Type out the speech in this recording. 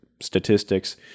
statistics